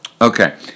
Okay